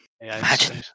Imagine